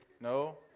No